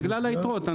בגלל היתרות.